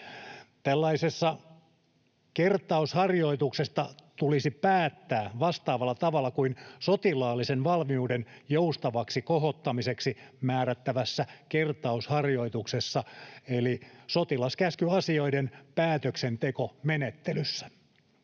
Tällaisesta kertausharjoituksesta tulisi päättää vastaavalla tavalla kuin sotilaallisen valmiuden joustavaksi kohottamiseksi määrättävässä kertausharjoituksessa eli sotilaskäskyasioiden päätöksentekomenettelyssä.